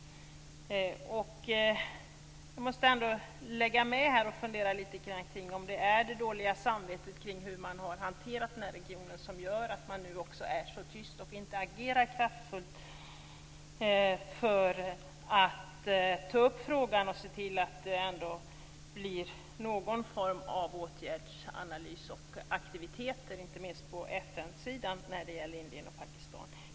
Jag måste lägga med en sak att fundera lite över. Är det dåligt samvete kring hur man har hanterat den här regionen som gör att man nu också är så tyst och inte agerar kraftfullt för att ta upp frågan? Är det därför man inte ser till att det blir någon form av åtgärdsanalys och aktivitet, inte minst på FN-sidan, när det gäller Indien och Pakistan?